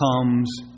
comes